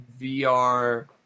VR